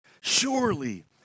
Surely